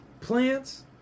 Plants